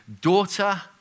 daughter